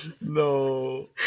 no